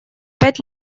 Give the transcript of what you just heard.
пять